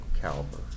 caliber